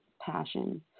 passion